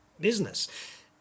business